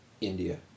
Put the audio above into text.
India